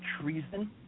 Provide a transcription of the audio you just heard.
treason